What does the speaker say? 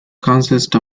consists